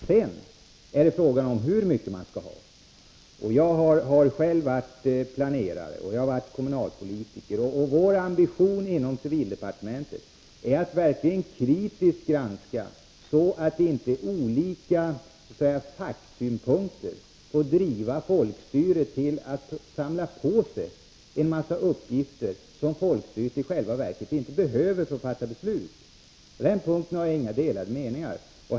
Sedan är frågan hur mycket sådan planering man skall ha. Jag har själv varit planerare, och jag har varit kommunalpolitiker. Vår ambition inom civildepartementet är att verkligen kritiskt granska vad som händer, så att inte olika facksynpunkter får driva folkstyret till att samla på sig en massa uppgifter som folkstyret i själva verket inte behöver för att fatta beslut. På den punkten har Margit Gennser och jag inga delade meningar.